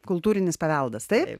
kultūrinis paveldas taip